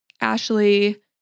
ashley